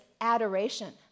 adoration